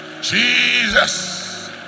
Jesus